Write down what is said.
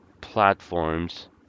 platforms